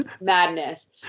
madness